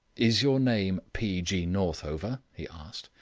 is your name p. g. northover? he asked.